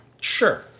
Sure